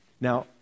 Now